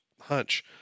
hunch